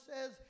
says